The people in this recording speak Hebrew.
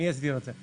מי יסדיר את זה?